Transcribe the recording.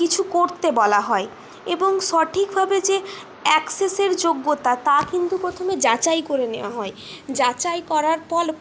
কিছু করতে বলা হয় এবং সঠিকভাবে যে অ্যাকসেসের যোগ্যতা তা কিন্তু প্রথমে যাচাই করে নেওয়া হয় যাচাই করার পর